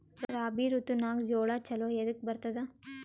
ರಾಬಿ ಋತುನಾಗ್ ಜೋಳ ಚಲೋ ಎದಕ ಬರತದ?